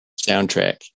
soundtrack